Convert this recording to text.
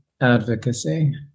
advocacy